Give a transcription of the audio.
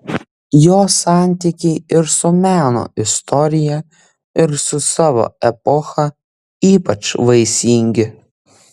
jo santykiai ir su meno istorija ir su savo epocha ypač vaisingi